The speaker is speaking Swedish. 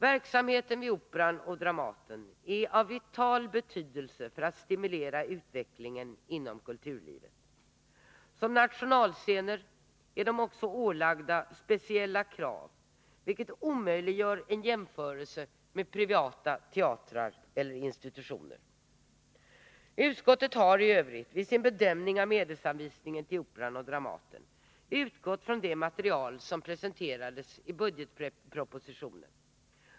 Verksamheten vid Operan och Dramaten är av vital betydelse för att stimulera utvecklingen inom kulturlivet. Som nationalscener är de också ålagda speciella krav, vilket omöjliggör en jämförelse med privata teatrar eller institutioner. Utskottet har i övrigt vid sin bedömning av medelsanvisningen till Operan och Dramaten utgått från det material som presenteras i budgetpropositionen.